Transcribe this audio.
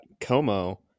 Como